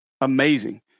amazing